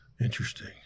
interesting